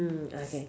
mm okay